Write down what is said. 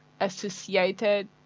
associated